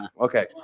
okay